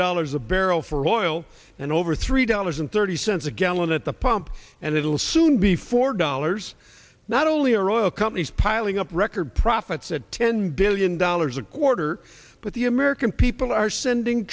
dollars a barrel for oil and over three dollars and thirty cents a gallon at the pump and it will soon be four dollars not only are oil companies piling up record profits at ten billion dollars a quarter but the american people are sending